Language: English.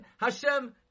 Hashem